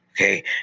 okay